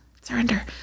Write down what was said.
Surrender